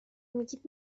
میگید